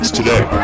today